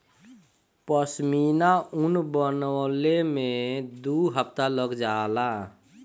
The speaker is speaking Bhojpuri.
पश्मीना ऊन बनवले में दू हफ्ता लग जाला